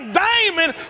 diamond